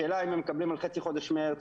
השאלה אם הם מקבלים על חצי חודש מרץ,